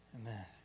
Amen